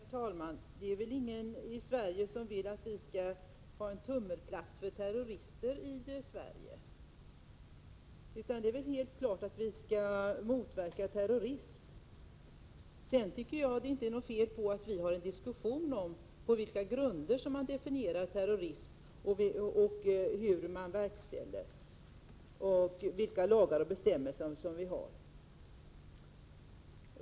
Herr talman! Det är väl ingen i Sverige som vill att Sverige skall vara en tummelplats för terrorister! Det är helt klart att vi skall motverka terrorism. Sedan tycker jag inte att det är något fel i att vi för en diskussion om, på vilka grunder någon definieras som terrorist, vilka lagar och bestämmelser vi har och hur besluten verkställs.